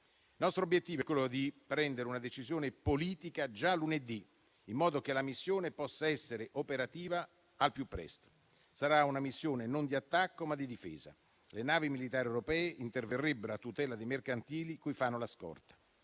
Il nostro obiettivo è quello di prendere una decisione politica già lunedì, in modo che la missione possa essere operativa al più presto. Sarà una missione non di attacco, ma di difesa. Le navi militari europee interverrebbero a tutela dei mercantili cui fanno la scorta.